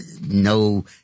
no –